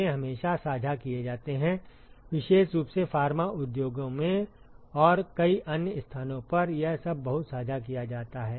वे हमेशा साझा किए जाते हैं विशेष रूप से फार्मा उद्योगों में और कई अन्य स्थानों पर यह सब बहुत साझा किया जाता है